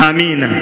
Amen